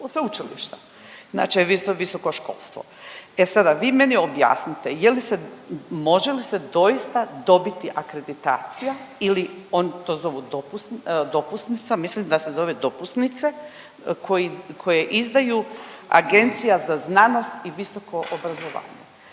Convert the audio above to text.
sveučilišta, znači visoko školstvo. E sada vi meni objasnite, je li se, može li se doista dobiti akreditacija ili oni to zovu dopus…, dopusnica, mislim da se zove dopusnice koji koje izdaju Agencija za, dobivaju